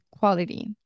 Quality